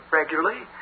regularly